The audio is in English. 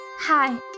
Hi